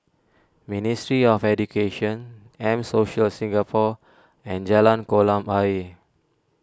Ministry of Education M Social Singapore and Jalan Kolam Ayer